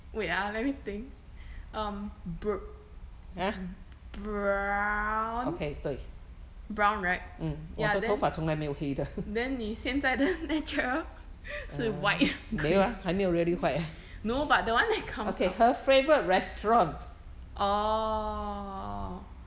wait ah let me think um br~ brown brown right ya then then 你现在的 natural 是 white no but that one counts what orh